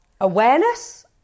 awareness